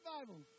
Bible